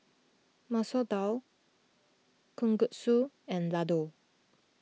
Masoor Dal Kalguksu and Ladoo